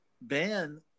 Ben